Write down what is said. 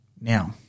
Now